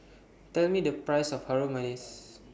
Tell Me The Price of Harum Manis